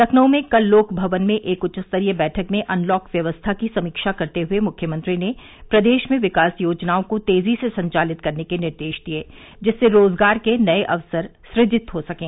लखनऊ में कल लोकभवन में एक उच्च स्तरीय बैठक में अनलॉक व्यवस्था की समीक्षा करते हुए मुख्यमंत्री ने प्रदेश में विकास योजनाओं को तेजी से संचालित करने के निर्देश दिए जिससे रोजगार के नए अवसर सृजित हो सकें